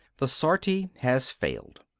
the sortie has failed.